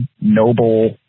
noble